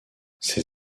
ses